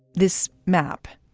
this map,